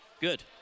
Good